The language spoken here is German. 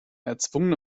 erzwungene